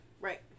Right